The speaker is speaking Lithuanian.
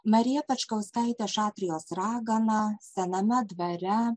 marija pečkauskaitė šatrijos ragana sename dvare